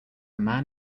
man